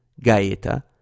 Gaeta